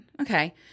okay